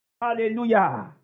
Hallelujah